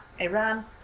Iran